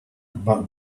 but